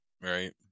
right